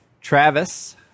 Travis